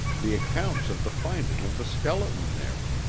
the accounts of the finding of the skeleton there.